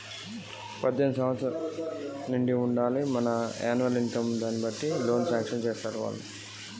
NBFS లో loan తీస్కోవాలంటే ఏం అర్హత ఉండాలి? లోన్ సాంక్షన్ ఏ పద్ధతి లో చేస్తరు వాళ్లు?